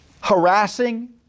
harassing